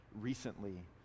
recently